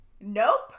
nope